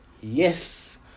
Yes